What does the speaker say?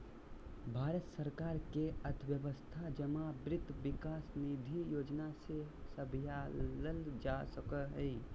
भारत सरकार के अर्थव्यवस्था जमा वित्त विकास निधि योजना से सम्भालल जा सको हय